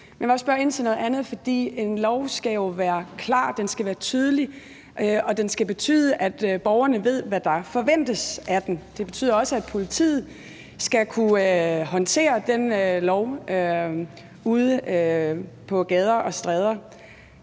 den skal være tydelig, og den skal betyde, at borgerne ved, hvad der forventes af dem. Det betyder også, at politiet skal kunne håndtere den lov ude på gader og stræder.